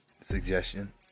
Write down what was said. suggestion